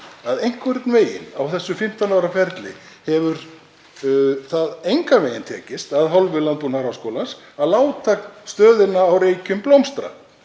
að einhvern veginn á þessu 15 ára ferli hefur það engan veginn tekist að hálfu Landbúnaðarháskólans að láta stöðina á Reykjum blómstra.